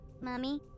Mommy